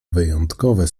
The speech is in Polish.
wyjątkowe